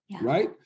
right